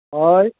हय